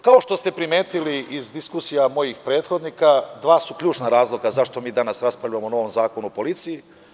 Kao što ste primetili iz diskusija mojih prethodnika, dva su ključna razloga zašto mi danas raspravljamo o novom zakonu o policiji.